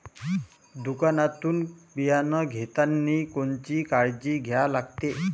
दुकानातून बियानं घेतानी कोनची काळजी घ्या लागते?